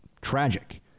tragic